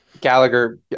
Gallagher